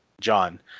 John